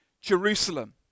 Jerusalem